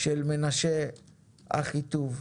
של מנשה-אחיטוב.